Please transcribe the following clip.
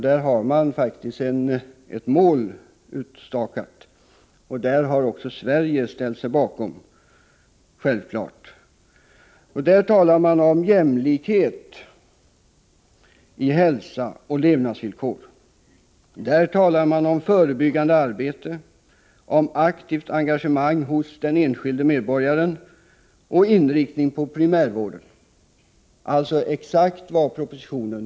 Det mål som där utstakas har också Sverige självfallet ställt sig bakom. Man talar där om jämlikhet när det gäller hälsa och levnadsvillkor, om förebyggande arbete, aktivt engagemang hos den enskilde medborgaren och inriktning på primärvården — alltså exakt vad som sägs i propositionen.